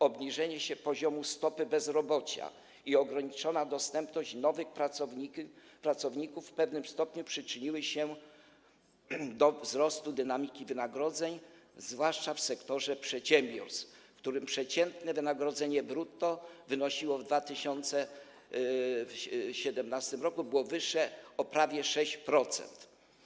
Obniżenie się poziomu stopy bezrobocia i ograniczona dostępność nowych pracowników w pewnym stopniu przyczyniły się do wzrostu dynamiki wynagrodzeń, zwłaszcza w sektorze przedsiębiorstw, w którym przeciętne wynagrodzenie brutto w 2017 r. było wyższe prawie o 6%.